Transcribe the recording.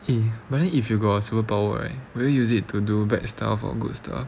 eh but then if you got superpower right will you use it to do bad stuff or good stuff